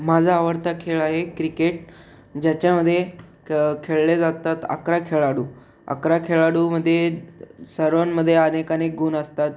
माझा आवडता खेळ आहे क्रिकेट ज्याच्यामध्ये क खेळले जातात अकरा खेळाडू अकरा खेळाडूमध्ये सर्वांमध्ये अनेकानेक गुण असतात